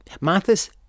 Mathis